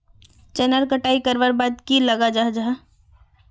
चनार कटाई करवार बाद की लगा जाहा जाहा?